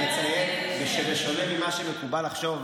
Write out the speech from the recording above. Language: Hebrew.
אני מציין שבשונה ממה שמקובל לחשוב,